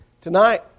Tonight